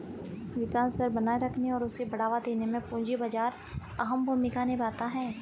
विकास दर बनाये रखने और उसे बढ़ावा देने में पूंजी बाजार अहम भूमिका निभाता है